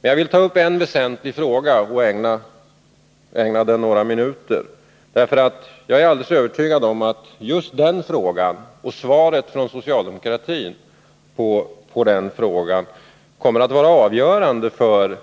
Men jag vill ta upp en väsentlig fråga och ägna den några minuter, därför att jag är alldeles övertygad om att just den frågan och svaret från socialdemokratin kommer att vara avgörande för